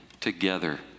together